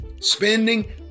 Spending